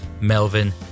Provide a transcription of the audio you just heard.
Melvin